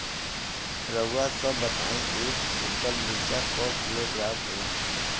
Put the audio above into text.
रउआ सभ बताई एक कुन्टल मिर्चा क किलोग्राम होला?